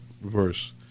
verse